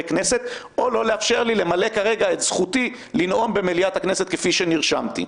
כנסת או לא לאפשר לי למלא כרגע את זכותי לנאום במליאת הכנסת כפי שנרשמתי.